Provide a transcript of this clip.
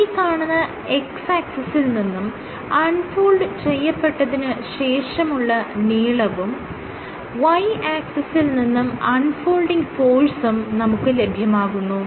ഈ കാണുന്ന X ആക്സിസിൽ നിന്നും അൺ ഫോൾഡ് ചെയ്യപ്പെട്ടതിന് ശേഷമുള്ള നീളവും Y ആക്സിസിൽ നിന്നും അൺ ഫോൾഡിങ് ഫോഴ്സും നമുക്ക് ലഭ്യമാകുന്നു